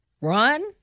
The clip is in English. run